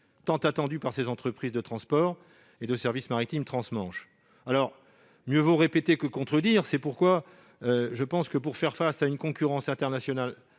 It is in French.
tant attendu par les entreprises de transport et de service maritime trans-Manche ? Mieux vaut répéter que contredire. C'est pourquoi, pour faire face à une concurrence internationale